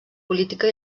política